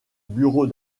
bureau